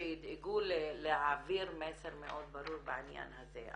שידאגו להעביר מסר מאוד ברור בעניין הזה,